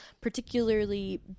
particularly